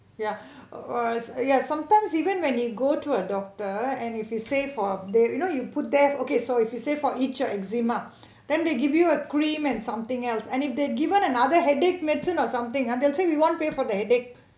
ya err ya sometimes even when you go to a doctor and if you say for a they you know you put there okay sorry if you say for itch or eczema then they give you a cream and something else and if they given another headache medicine or something they will say we won't pay for the headache